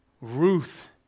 Ruth